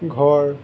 ঘৰ